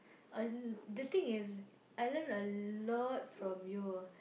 uh the thing is I learn a lot from you